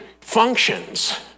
functions